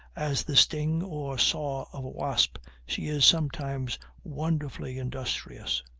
as the sting or saw of a wasp, she is sometimes wonderfully industrious.